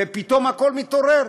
ופתאום הכול מתעורר.